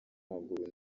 w’amaguru